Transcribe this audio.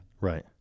Right